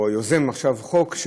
או יוזם עכשיו חוק,